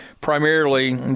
primarily